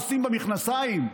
עושים במכנסיים?